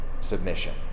submission